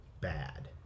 bad